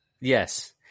Yes